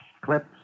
clips